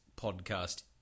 podcast